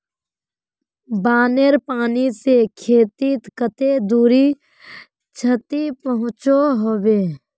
बानेर पानी से खेतीत कते खुरी क्षति पहुँचो होबे?